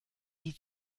die